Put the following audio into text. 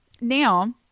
now